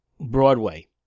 Broadway